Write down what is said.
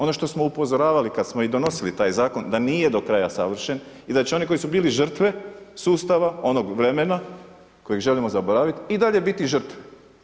Ono što smo upozoravali kada smo i donosili taj zakon da nije do kraja savršen i da će oni koji su bili žrtve sustava onog vremena kojeg želimo zaboraviti i dalje biti žrtve.